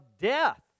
death